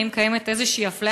האם קיימת איזו אפליה